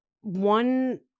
one